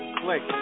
click